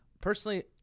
personally